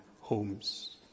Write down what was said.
homes